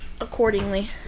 Accordingly